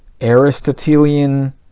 Aristotelian